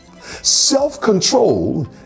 Self-control